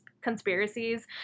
conspiracies